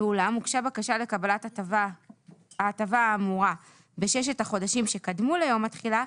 ואולם הוגשה הבקשה לקבלת ההטבה האמורה בששת החודשים שקדמו ליום התחילה,